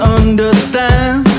understand